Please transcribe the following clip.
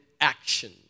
action